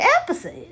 episode